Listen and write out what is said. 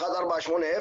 1480,